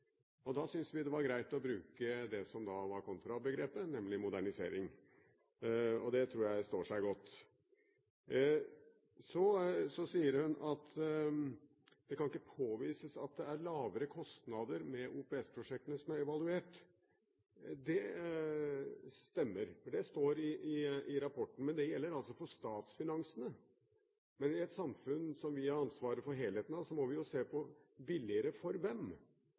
gammeldagse. Da syntes vi det var greit å bruke det som var kontrabegrepet, nemlig modernisering. Det tror jeg står seg godt. Så sier saksordføreren at det ikke kan påvises at det er lavere kostnader med OPS-prosjektene som er evaluert. Det stemmer, det står i rapporten. Men det gjelder altså for statsfinansene. Men i et samfunn der vi har ansvaret for helheten, må vi jo se på hvem det blir billigere for.